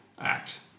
act